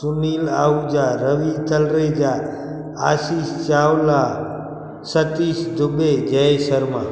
Sunil Ahuja Ravi Talreja Ashish Chawla Satish Dubey Jay Sharma